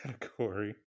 category